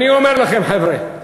אני אומר לכם, חבר'ה,